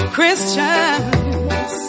Christians